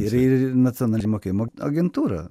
ir ir nacionalinė mokėjimo agentūra